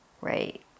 right